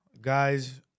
Guys